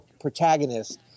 protagonist